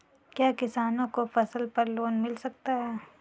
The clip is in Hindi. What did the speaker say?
क्या किसानों को फसल पर लोन मिल सकता है?